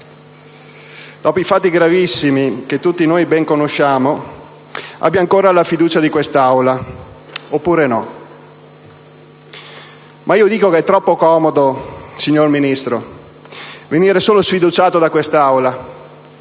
dopo i fatti gravissimi che tutti noi ben conosciamo, abbia ancora la fiducia di quest'Aula oppure no. Io dico che è troppo comodo, signor Ministro, venir solo sfiduciato da quest'Aula.